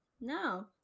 No